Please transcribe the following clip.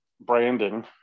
branding